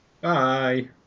Bye